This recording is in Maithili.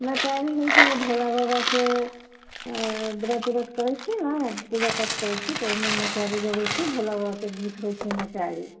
नचारी होइ छै भोला बाबाके व्रत करै छी ने पूजा पाठ करै छी तऽ ओहिमे नचारी गबै छी भोला बाबाके गीत होइ छै नचारी